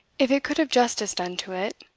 if it could have justice done to it,